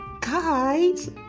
Guys